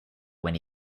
when